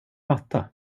matta